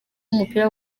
w’umupira